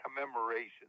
commemoration